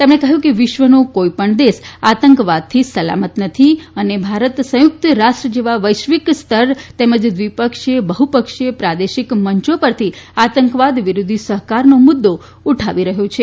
તેમણે કહ્યું કે વિશ્વનો કોઈ પણ દેશ આતંકવાદથી સલામત નથી અને ભારત સંયુક્ત રાષ્ટ્ર જેવા વૈશ્વિક સ્તર તેમજ દ્વિપક્ષીય બહુપક્ષીય પ્રાદેશિક મંચો પરથી આતંકવાદ વિરોધી સહકારનો મુદ્દો ઉઠાવી રહ્યો છે